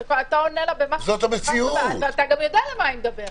אתה יודע על מה היא מדברת.